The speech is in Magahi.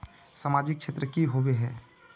सामाजिक क्षेत्र की होबे है?